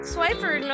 Swiper